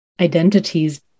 identities